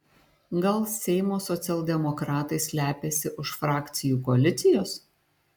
gal seimo socialdemokratai slepiasi už frakcijų koalicijos